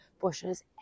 bushes